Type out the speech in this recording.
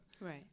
Right